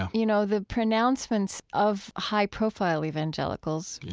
you know, the pronouncements of high-profile evangelicals,